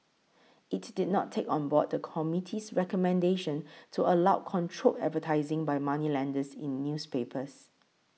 it did not take on board the committee's recommendation to allow controlled advertising by moneylenders in newspapers